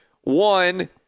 One